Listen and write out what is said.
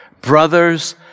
brothers